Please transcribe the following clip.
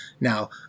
Now